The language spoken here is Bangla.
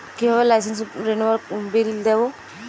কিভাবে লাইসেন্স রেনুয়ালের বিল দেবো?